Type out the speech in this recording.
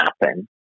happen